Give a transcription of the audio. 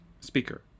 Speaker